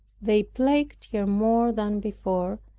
they plagued her more than before,